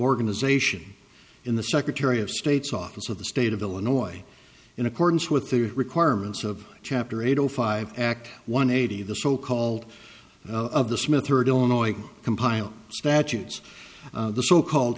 organization in the secretary of state's office of the state of illinois in accordance with the requirements of chapter eight zero five act one eighty the so called of the smith third illinois compiled statutes the so called